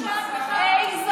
יש רק הבדל אחד: את תלויה בהם,